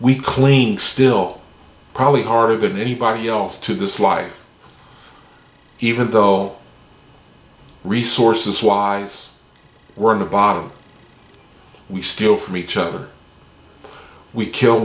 claimed still probably harder than anybody else to this life even though resources wise we're in the bottom we still from each other we kill